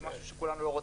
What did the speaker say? זה משהו שכולנו לא רוצים.